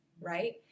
right